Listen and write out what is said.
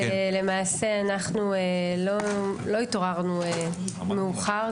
למעשה, אנחנו לא התעוררנו מאוחר.